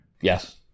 yes